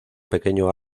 pequeño